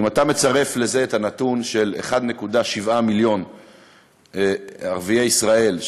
אם אתה מצרף לזה את הנתון של 1.7 מיליון ערביי ישראל,